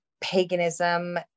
paganism